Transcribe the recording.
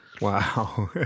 Wow